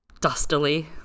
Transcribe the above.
Dustily